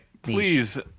Please